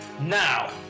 Now